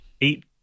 eight